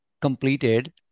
completed